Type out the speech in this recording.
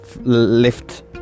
lift